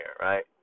right